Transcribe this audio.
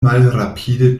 malrapide